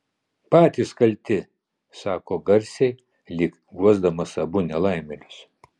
patys kalti sako garsiai lyg guosdamas abu nelaimėlius